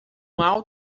mau